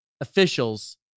officials